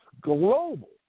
global